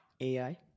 ai